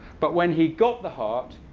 but when he got the heart,